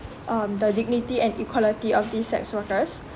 um the dignity and equality of these sex workers